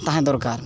ᱛᱟᱦᱮᱸ ᱫᱚᱨᱠᱟᱨ